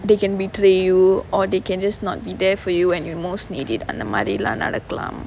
they can betray you or they can just not be there for you when you most need it அந்த மாரியெல்லாம் நடக்கலாம்:antha maariyaellaam nadakalaam